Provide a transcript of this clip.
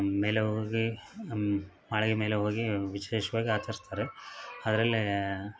ಮೇಲೆ ಹೋಗಿ ಮಾಳಿಗೆ ಮೇಲೆ ಹೋಗಿ ವಿಶೇಷವಾಗಿ ಆಚರಿಸ್ತಾರೆ ಅದರಲ್ಲೇ